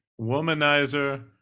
womanizer